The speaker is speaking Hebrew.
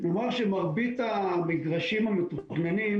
נאמר שמרבית המגרשים המתוכננים